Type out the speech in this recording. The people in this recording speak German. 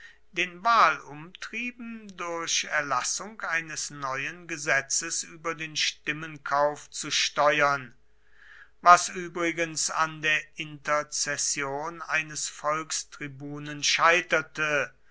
den wahlumtrieben durch erlassung eines neuen gesetzes über den stimmenkauf zu steuern was übrigens an der interzession eines volkstribunen scheiterte